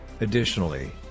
Additionally